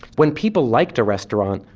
when people liked a restaurant,